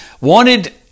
wanted